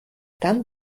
dann